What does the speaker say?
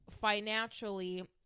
financially